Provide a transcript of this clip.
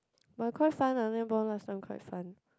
but quite fun ah netball last time quite fun